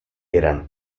eran